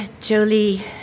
Jolie